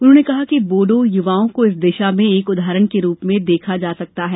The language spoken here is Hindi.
उन्होंने कहा कि बोडो युवाओं को इस दिशा में एक उदाहरण के रूप में देखा जा सकता है